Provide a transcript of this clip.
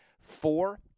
four